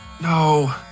no